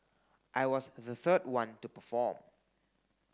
I was the third one to perform